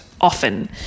often